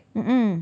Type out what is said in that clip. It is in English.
mm mm